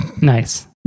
Nice